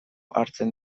hartzen